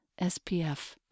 SPF